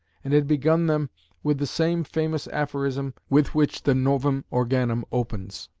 and had begun them with the same famous aphorism with which the novum organum opens.